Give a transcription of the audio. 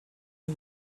too